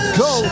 go